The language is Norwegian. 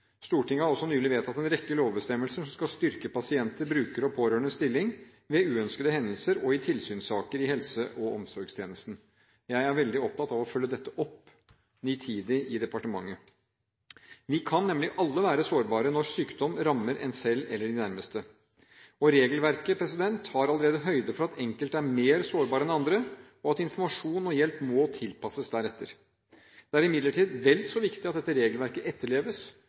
Stortinget har også nylig vedtatt en rekke lovbestemmelser som skal styrke pasienter, brukere og pårørendes stilling ved uønskede hendelser og i tilsynssaker i helse- og omsorgstjenesten. Jeg er veldig opptatt av å følge dette opp nitidig i departementet. Vi kan nemlig alle være sårbare når sykdom rammer en selv eller de nærmeste. Regelverket tar allerede høyde for at enkelte er mer sårbare enn andre, og at informasjon og hjelp må tilpasses deretter. Det er imidlertid vel så viktig at dette regelverket etterleves